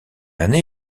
année